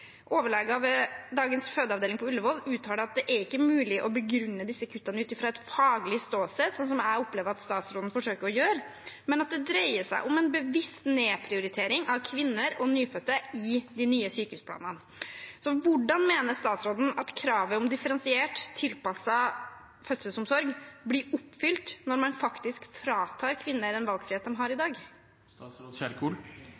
ved dagens fødeavdeling på Ullevål uttaler at det ikke er mulig å begrunne disse kuttene ut fra et faglig ståsted, som jeg opplever at statsråden forsøker å gjøre, men at det dreier seg om en bevisst nedprioritering av kvinner og nyfødte i de nye sykehusplanene. Hvordan mener statsråden at kravet om differensiert og tilpasset fødselsomsorg blir oppfylt når man faktisk fratar kvinner en valgfrihet de har i